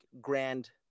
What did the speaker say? grand